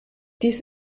dies